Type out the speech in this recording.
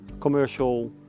commercial